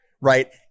right